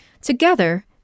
Together